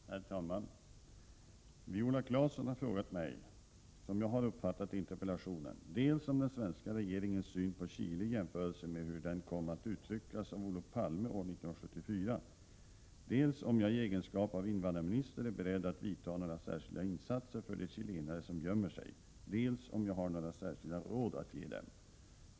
Herr talman! Viola Claesson har frågat mig, som jag har uppfattat interpellationen, dels om den svenska regeringens syn på Chile i jämförelse med hur den kom att uttryckas av Olof Palme år 1974, dels om jag i egenskap av invandrarminister är beredd att vidta några särskilda insatser för de chilenare som gömmer sig, dels om jag har några särskilda råd att ge dem.